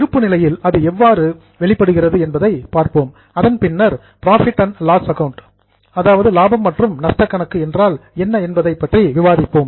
இருப்பு நிலையில் அது எவ்வாறு எமர்ஜஸ் வெளிப்படுகிறது என்பதை பார்ப்போம் அதன் பின்னர் புரோஃபிட் அண்ட் லாஸ் ஆக்கவுண்ட் லாபம் மற்றும் நஷ்ட கணக்கு என்றால் என்ன என்பதைப் பற்றி விவாதிப்போம்